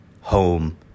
home